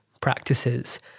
practices